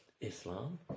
Islam